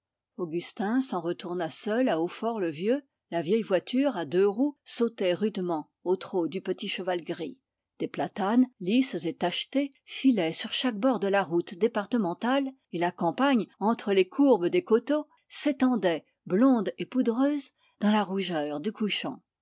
augustin s'en retourna seul à hautfort le vieux la vieille voiture à deux roues sautait rudement au trot du petit cheval gris des platanes lisses et tachetés filaient sur chaque bord de la route départementale et la campagne entre les courbes des coteaux s'étendait blonde et poudreuse dans la rougeur du couchant